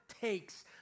takes